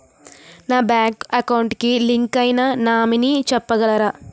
నా bank account కి link అయినా నామినీ చెప్పగలరా?